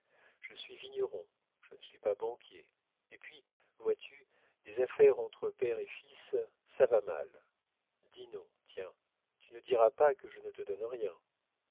je suis vigneron je ne suis pas banquier et puis vois-tu des affaires entre père et fils ça va mal dînons tiens tu ne diras pas que je ne te donne rien